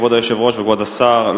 כבוד היושב-ראש וכבוד השר,